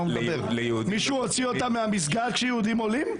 מישהו הוציא אותם מהמסגד כשיהודים עולים?